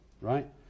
right